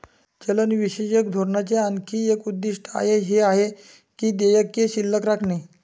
चलनविषयक धोरणाचे आणखी एक उद्दिष्ट हे आहे की देयके शिल्लक राखणे